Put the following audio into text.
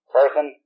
person